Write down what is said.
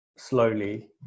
slowly